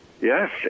Yes